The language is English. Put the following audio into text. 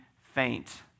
faint